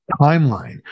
timeline